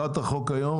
החוק היום,